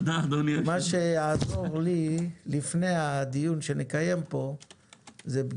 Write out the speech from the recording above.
מה שיעזור לי לפני הדיון שנקיים פה זה שתיערך